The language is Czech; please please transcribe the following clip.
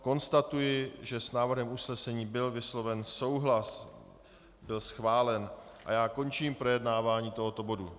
Konstatuji, že s návrhem usnesení byl vysloven souhlas, byl schválen, a končím projednávání tohoto bodu.